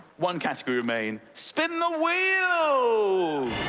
one category remaining. spin the wheel! so